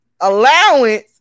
allowance